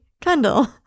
Kendall